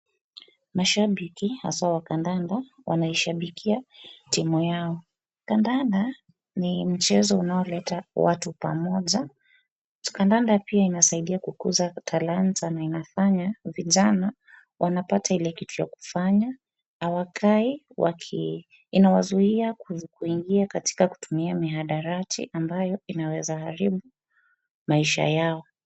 Mashabiki haswa wa kandanda wanaishabikia timu yao. Kandanda ni mchezo unaoleta watu pamoja. Kandanda pia inasaidia kukuza talanta na inafanya vijana wanapata ile kitu ya kufanya hawakai waki, inawazuia kuingia katika kutumia mihadarati ambayo inaweza haribu maisha yao.